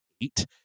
eight